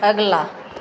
अगिला